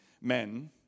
men